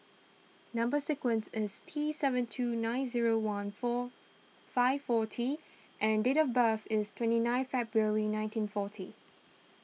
Number Sequence is T seven two nine zero one four five four T and date of birth is twenty nine February nineteen forty